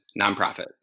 nonprofit